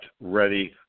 ready